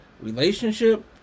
relationship